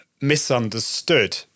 misunderstood